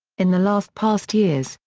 in the last past years,